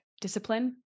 discipline